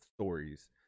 stories